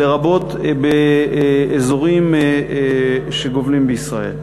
לרבות באזורים שגובלים בישראל.